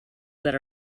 that